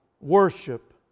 worship